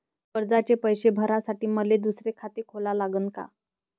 कर्जाचे पैसे भरासाठी मले दुसरे खाते खोला लागन का?